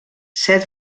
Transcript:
set